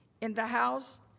in the house,